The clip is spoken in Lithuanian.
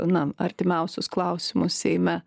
na artimiausius klausimus seime